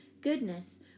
Goodness